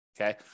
okay